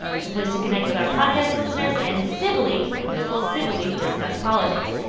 it's a place to connect with our podcast listeners and civilly note civilly discuss politics.